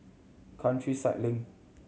Countryside Link